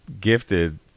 gifted